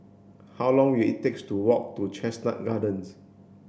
how long will it takes to walk to Chestnut Gardens